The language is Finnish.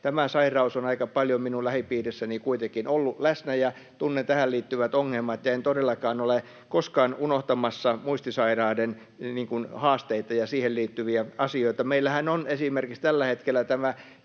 kuitenkin ollut läsnä ja tunnen tähän liittyvät ongelmat. Ja en todellakaan ole koskaan unohtamassa muistisairaiden haasteita ja heihin liittyviä asioita. Meillähän on tällä hetkellä